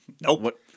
Nope